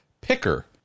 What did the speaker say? picker